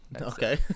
Okay